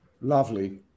Lovely